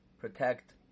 protect